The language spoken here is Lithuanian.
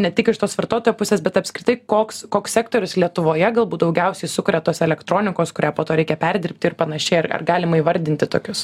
ne tik iš tos vartotojo pusės bet apskritai koks koks sektorius lietuvoje galbūt daugiausiai sukuria tos elektronikos kurią po to reikia perdirbti ir panašiai ar ar galima įvardinti tokius